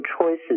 choices